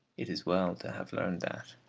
it is well to have learned that.